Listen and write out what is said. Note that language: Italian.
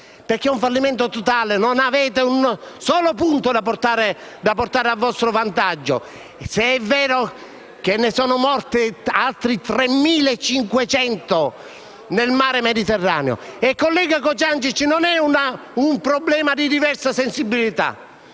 tratta di un fallimento totale e non avete un solo punto da portare a vostro vantaggio, se è vero che ne sono morti altri 3.500 nel Mar Mediterraneo. Collega Cociancich, non è un problema di diversa sensibilità.